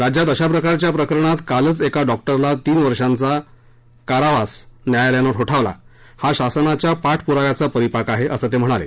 राज्यात अशा प्रकारच्या प्रकरणात कालच एका डॉक्टरला तीन वर्षाचा कारावास शिक्षा न्यायालयानं ठोठावला हा शासनाच्या पाठपुराव्याचा परिपाक आहे असं ते म्हणाले